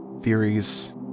theories